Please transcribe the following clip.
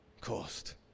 cost